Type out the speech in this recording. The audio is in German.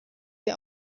ihr